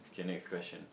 K next question